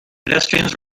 pedestrians